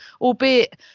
albeit